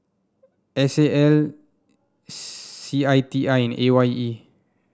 S A L C I T I and A Y E